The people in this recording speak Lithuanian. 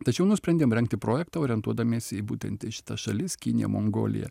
tačiau nusprendėm rengti projektą orientuodamiesi į būtent į šitas šalis kinija mongolija